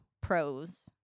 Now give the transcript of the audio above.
pros